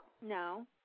No